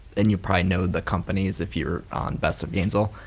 and you probably know the companies if you're on best of gainesville.